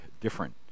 different